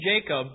Jacob